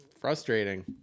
frustrating